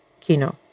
Kino